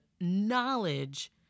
knowledge